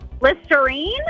Listerine